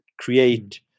Create